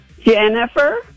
Jennifer